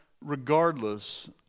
regardless